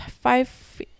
five